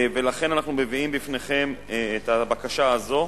לכן אנחנו מביאים לפניכם את הבקשה הזאת.